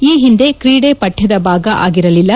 ಈ ಹಿಂದೆ ಕ್ರೀಡೆ ಪಕ್ಕದ ಭಾಗ ಆಗಿರಲಿಲ್ಲ